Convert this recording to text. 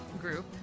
group